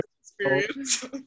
Experience